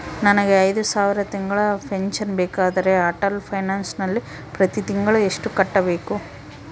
ನನಗೆ ಐದು ಸಾವಿರ ತಿಂಗಳ ಪೆನ್ಶನ್ ಬೇಕಾದರೆ ಅಟಲ್ ಪೆನ್ಶನ್ ನಲ್ಲಿ ಪ್ರತಿ ತಿಂಗಳು ಎಷ್ಟು ಕಟ್ಟಬೇಕು?